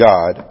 God